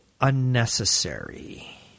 unnecessary